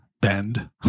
bend